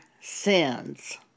sins